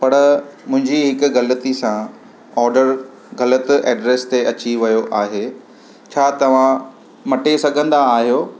पर मुंहिंजी हिकु ग़लिती सां ऑडर ग़लति एड्रेस ते अची वियो आहे छा तव्हां मटे सघंदा आहियो